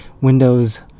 Windows